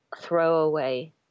throwaway